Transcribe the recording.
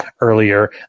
earlier